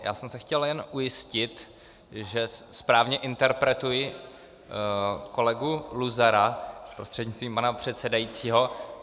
Já jsem se chtěl jen ujistit, že správně interpretuji kolegu Luzara prostřednictvím pana předsedajícího.